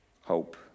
Hope